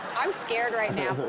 um scared right now.